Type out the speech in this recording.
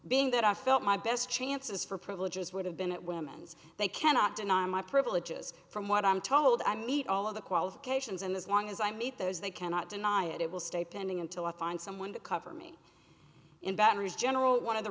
being that i felt my best chances for privileges would have been at women's they cannot deny my privileges from what i'm told i meet all of the qualifications and as long as i meet those they cannot deny it will stay pending until i find someone to cover me in batteries general one of the